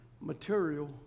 material